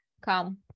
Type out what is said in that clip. come